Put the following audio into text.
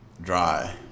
dry